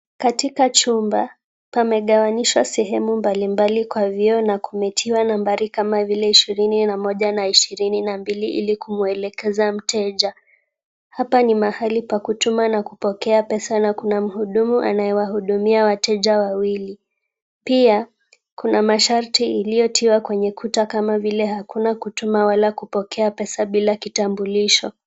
Katika chumba pamegawanyishwa sehemu mbali mbali kwa vioo na kumetiwa nambari kama vile ishirini na moja na ishirini na mbili ili kumwelekeza mteja. Hapa ni mahali pa kutuma na kupokea pesa na kuna mhudumu anayewahudumia wateja wawili. Pia kuna masharti iliyotiwa kwenye ukuta kama hakuna kutuma wala kupokea pesa bila kitambulisho.